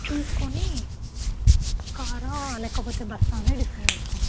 చూసుకుని కారా లేకపోతే బస్సా అని డిసైడ్ అవుతాం